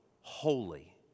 holy